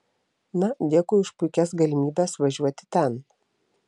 na dėkui už puikias galimybės važiuoti ten